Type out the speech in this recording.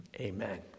Amen